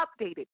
updated